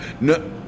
No